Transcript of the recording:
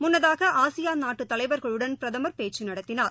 முன்னதாகஆசியான் நாட்டுத் தலைவர்களுடன் பிரதமர் பேச்சுநடத்தினார்